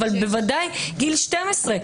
אבל ודאי בגיל 12,